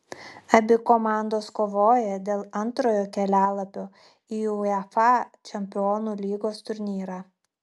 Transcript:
abi komandos kovoja dėl antrojo kelialapio į uefa čempionų lygos turnyrą